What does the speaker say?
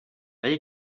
ولی